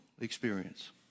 experience